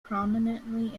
prominently